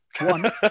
One